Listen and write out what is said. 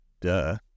Duh